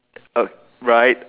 uh right